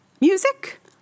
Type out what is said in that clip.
Music